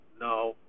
No